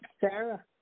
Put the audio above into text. Sarah